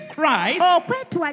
Christ